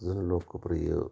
जे लोकप्रिय